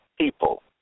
people